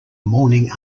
morning